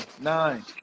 nine